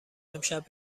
امشب